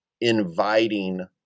inviting